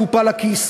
קופה לכיס.